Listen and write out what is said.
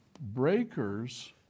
Breakers